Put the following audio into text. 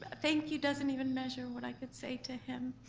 ah thank you doesn't even measure what i can say to him.